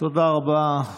תודה רבה.